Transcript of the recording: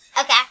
Okay